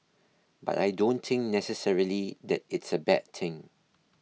but I don't think necessarily that it's a bad thing